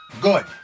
good